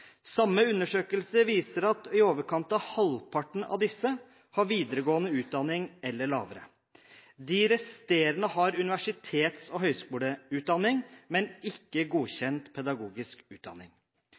Samme undersøkelse viser at i overkant av halvparten av disse har videregående utdanning eller lavere. De resterende har universitets- og høyskoleutdanning, men ikke